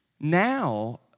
Now